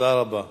תודה רבה.